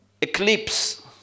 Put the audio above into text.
eclipse